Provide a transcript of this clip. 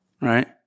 right